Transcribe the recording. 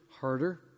harder